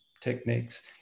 techniques